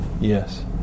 Yes